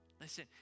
Listen